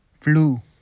flu